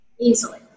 easily